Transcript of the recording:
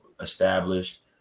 established